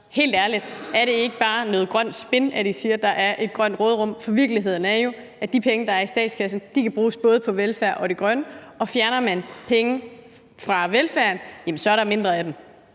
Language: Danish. Helt ærligt, er det ikke bare noget grønt spin, at I siger, at der er et grønt råderum? For virkeligheden er jo, at de penge, der er i statskassen, kan bruges både på velfærd og det grønne. Og fjerner man penge fra velfærden, jamen så er der mindre af den.